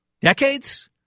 decades